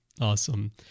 Awesome